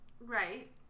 right